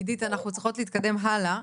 עידית אנחנו צריכות להתקדם הלאה,